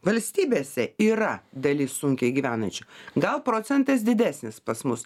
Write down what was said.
valstybėse yra dalis sunkiai gyvenančių gal procentas didesnis pas mus